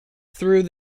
through